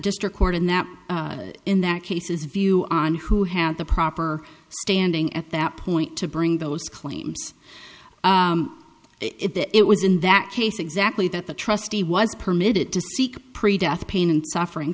district court and that in that case is view on who had the proper standing at that point to bring those claims it was in that case exactly that the trustee was permitted to seek pre death pain and suffering